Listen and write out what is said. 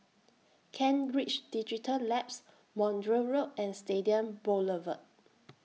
Kent Ridge Digital Labs Montreal Road and Stadium Boulevard